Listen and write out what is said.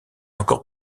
encore